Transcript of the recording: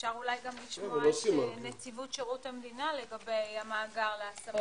אפשר אולי גם לשמוע את נציבות שירות המדינה לגבי המאגר להסבת